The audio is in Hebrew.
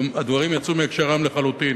והדברים יצאו מהקשרם לחלוטין.